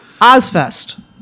Ozfest